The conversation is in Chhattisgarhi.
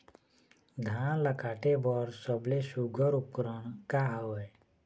धान ला काटे बर सबले सुघ्घर उपकरण का हवए?